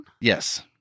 Yes